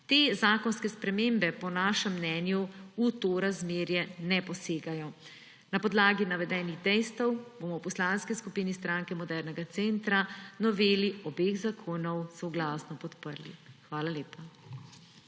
Te zakonske spremembe po našem mnenju v to razmerje ne posegajo. Na podlagi navedenih dejstev bomo v Poslanski skupini Stranke modernega centra noveli obeh zakonov soglasno podprli. Hvala lepa.